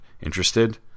Interested